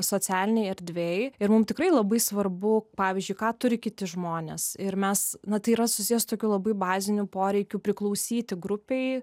socialinėj erdvėj ir mum tikrai labai svarbu pavyzdžiui ką turi kiti žmonės ir mes na tai yra susiję su tokiu labai bazinių poreikiu priklausyti grupei